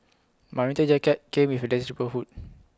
my winter jacket came with A detachable hood